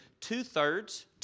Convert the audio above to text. two-thirds